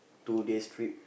two days trip